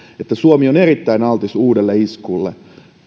että suomi on erittäin altis uudelle iskulle